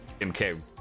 MK